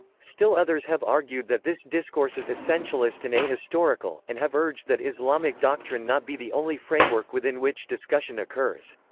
still others have argued that this discourse is essentialist and ahistorical, and have urged that islamic doctrine not be the only framework within which discussion occurs.